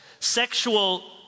Sexual